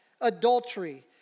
adultery